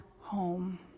home